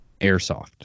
airsoft